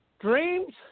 dreams